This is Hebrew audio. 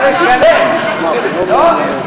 כואב לי הלב.